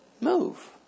move